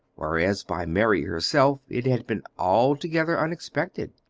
whereas by mary herself it had been altogether unexpected.